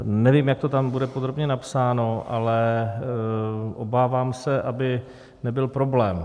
Nevím, jak to tam bude podrobně napsáno, ale obávám se, aby nebyl problém.